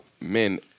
men